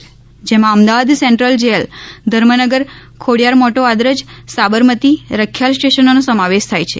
જેમાં ગાંધીનગર સહિત Ahmedabad central jail Dharmnagar Khodiyar મોટો આદરજ સાબરમતી રખીયાલ સ્ટેશનોને સમાવેશ થાય છે